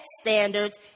standards